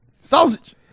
Sausage